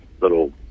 little